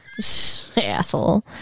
asshole